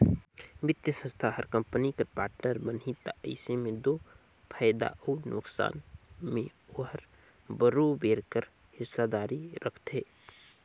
बित्तीय संस्था हर कंपनी कर पार्टनर बनही ता अइसे में दो फयदा अउ नोसकान में ओहर बरोबेर कर हिस्सादारी रखथे